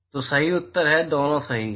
तो सही उत्तर है दोनों सही हैं